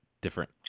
different